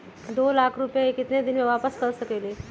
दो लाख रुपया के केतना दिन में वापस कर सकेली?